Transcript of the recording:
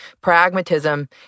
Pragmatism